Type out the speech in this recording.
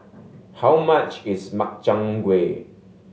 how much is Makchang Gui